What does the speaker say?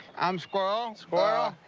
i'm squirrel. squirrel.